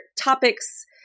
topics